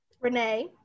Renee